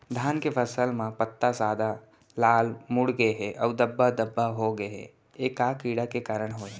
धान के फसल म पत्ता सादा, लाल, मुड़ गे हे अऊ धब्बा धब्बा होगे हे, ए का कीड़ा के कारण होय हे?